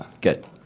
good